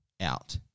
out